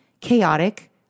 chaotic